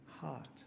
heart